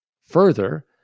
further